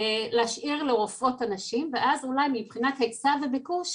להשאיר לרופאות הנשים ואז אולי מבחינת היצע וביקוש